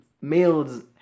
males